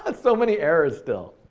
and so many errors still.